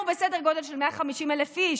אנחנו בסדר גודל של 150,000 איש.